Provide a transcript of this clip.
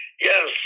yes